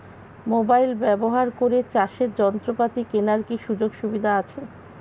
Mobile ব্যবহার করে চাষের যন্ত্রপাতি কেনার কি সুযোগ সুবিধা আছে?